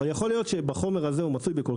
אבל יכול להיות שהחומר הזה מצוי בכל